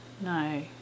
no